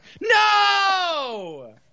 No